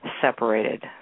separated